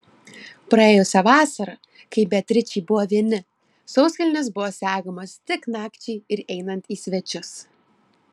praėjusią vasarą kai beatričei buvo vieni sauskelnės buvo segamos tik nakčiai ir einant į svečius